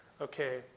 Okay